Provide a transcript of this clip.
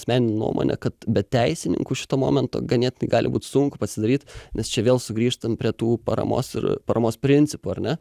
asmeninę nuomonę kad be teisininkų šito momento ganėtinai gali būt sunku pasidaryt nes čia vėl sugrįžtam prie tų paramos ir paramos principų ar ne